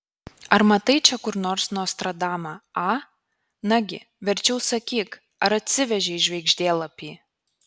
ar matai čia kur nors nostradamą a nagi verčiau sakyk ar atsivežei žvaigždėlapį